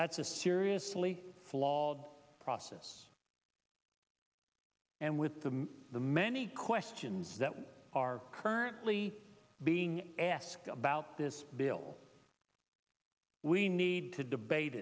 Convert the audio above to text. that's a seriously flawed process and with the the many questions that we are currently being asked about this bill we need to debate